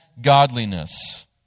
godliness